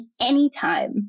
anytime